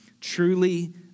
Truly